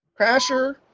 Crasher